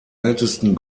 ältesten